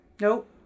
nope